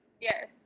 yes